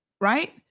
right